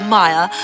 Maya